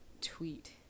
tweet